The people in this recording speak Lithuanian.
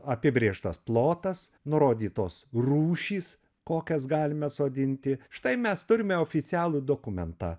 apibrėžtas plotas nurodytos rūšys kokias galime sodinti štai mes turime oficialų dokumentą